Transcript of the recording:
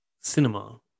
cinema